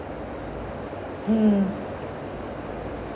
mm